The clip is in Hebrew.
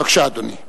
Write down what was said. אדוני היושב-ראש,